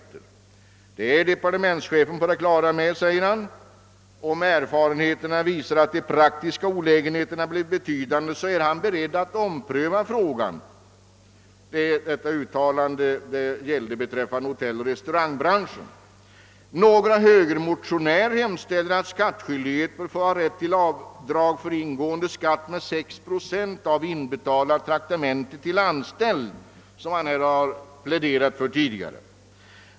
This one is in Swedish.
Men det är departementschefen på det klara med, säger han, och om erfarenheterna visar att de prakiska olägenheterna blir betydande är han beredd att ompröva frågan — detta uttalande avser närmast hotelloch restaurangbranschen. Några högermotionärer hemställer att skattskyldig skall ha rätt till avdrag för ingående skatt med 6 procent av till anställd utbetalt traktamente.